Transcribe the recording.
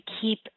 keep